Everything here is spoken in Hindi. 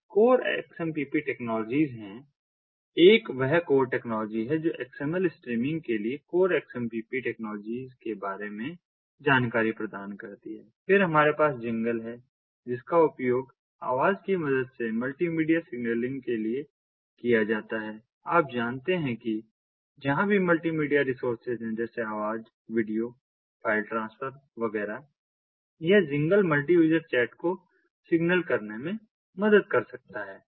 कुछ कोर XMPP टेक्नोलॉजीज हैं एक वह कोर टेक्नोलॉजी है जो XML स्ट्रीमिंग के लिए कोर XMPP टेक्नोलॉजीज के बारे में जानकारी प्रदान करती है फिर हमारे पास जिंगल है जिसका उपयोग आवाज की मदद से मल्टीमीडिया सिग्नलिंग के लिए किया जाता है आप जानते हैं कि जहां भी मल्टीमीडिया रिसोर्सेज हैं जैसे आवाज वीडियो फ़ाइल ट्रांसफर वगैरह यह जिंगल मल्टी यूज़र चैट को सिग्नल करने में मदद कर सकता है